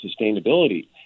sustainability